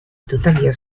tuttavia